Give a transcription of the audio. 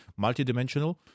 multidimensional